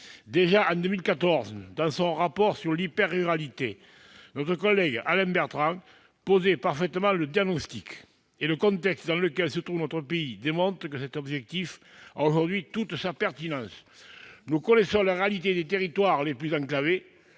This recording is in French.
Déjà en 2014, dans son rapport sur l'hyper-ruralité, notre collègue Alain Bertrand posait parfaitement le diagnostic. Et le contexte dans lequel se trouve notre pays démontre que cet objectif a aujourd'hui toute sa pertinence. Nous connaissons la réalité des territoires les plus enclavés.